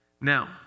Now